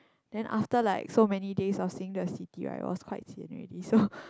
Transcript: then after like so many days of seeing the city right it was quite sian already so